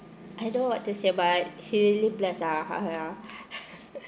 I don't like to say but he really blessed lah ha ha ya